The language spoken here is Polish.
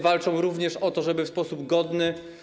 Walczą również o to, żeby w sposób godny.